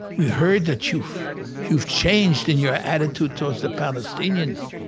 we heard that you've you've changed in your attitude towards the palestinians,